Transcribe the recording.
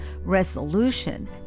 resolution